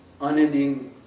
unending